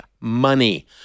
money